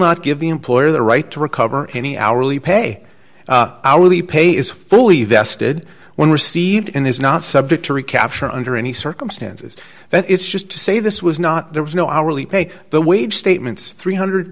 not give the employer the right to recover any hourly pay hourly pay is fully vested when received and is not subject to recapture under any circumstances that is just to say this was not there was no hourly pay the wage statements three hundred